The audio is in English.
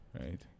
right